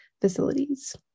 facilities